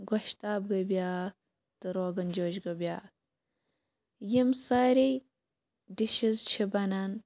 گۄشتاب گٔے بیٛاکھ تہٕ روغن جوش گوٚو بیٛاکھ یِم سارے ڈِشِز چھِ بَنان